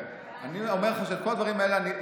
כל הדברים האלה,